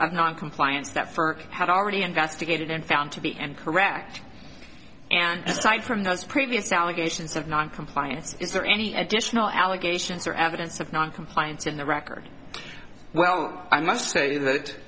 noncompliance that for had already investigated and found to be and correct and cite from those previous allegations of noncompliance is there any additional allegations or evidence of noncompliance in the record well i must say that